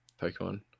Pokemon